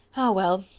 ah, well,